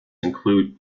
include